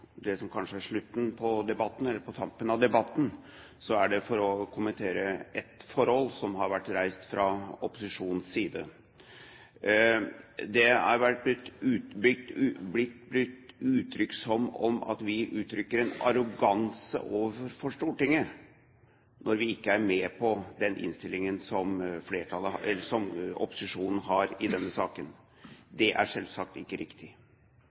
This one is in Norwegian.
slutten eller på tampen av debatten – er det for å kommentere ett forhold som har vært reist fra opposisjonens side. Det har blitt brukt uttrykk som at vi uttrykker arroganse overfor Stortinget når vi ikke er med på den innstillingen som opposisjonen har i denne saken. Det er selvsagt ikke riktig.